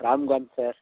Ramkant sir